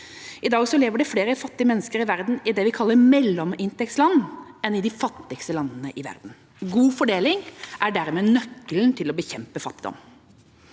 I dag lever det flere fattige mennesker i det vi kaller mellominntektsland enn i de fattigste landene i verden. God fordeling er dermed nøkkelen til å bekjempe fattigdom.